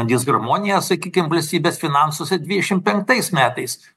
disharmoniją sakykim valstybės finansuose dvidešimt penktais metais